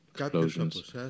explosions